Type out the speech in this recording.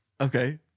okay